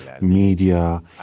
media